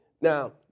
Now